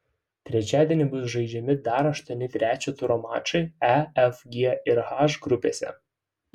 trečiadienį bus žaidžiami dar aštuoni trečio turo mačai e f g ir h grupėse